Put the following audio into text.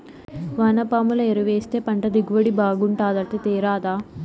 వానపాముల ఎరువేస్తే పంట దిగుబడి బాగుంటాదట తేరాదా